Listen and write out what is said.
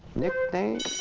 nicknamed.